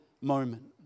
moment